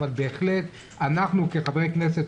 אבל בהחלט אנחנו כחברי כנסת,